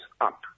up